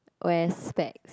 wear specs